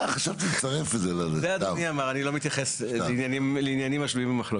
אני לא מתייחס לעניינים השנויים במחלוקת.